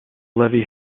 levy